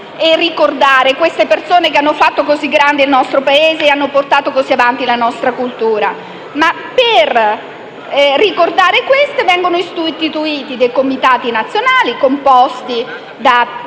e ricordare figure che hanno fatto grande il nostro Paese e hanno portato avanti la nostra cultura E, per ricordarle, vengono istituiti dei comitati nazionali composti da